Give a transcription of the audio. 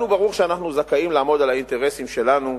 לנו ברור שאנחנו זכאים לעמוד על האינטרסים שלנו,